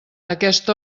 aquest